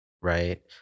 right